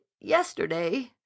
yesterday